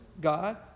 God